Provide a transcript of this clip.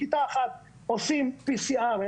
כיתה אחת עושים PCR,